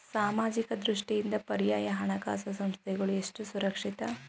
ಸಾಮಾಜಿಕ ದೃಷ್ಟಿಯಿಂದ ಪರ್ಯಾಯ ಹಣಕಾಸು ಸಂಸ್ಥೆಗಳು ಎಷ್ಟು ಸುರಕ್ಷಿತ?